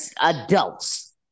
Adults